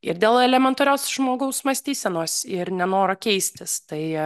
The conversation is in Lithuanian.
ir dėl elementarios žmogaus mąstysenos ir nenoro keistis tai